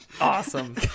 Awesome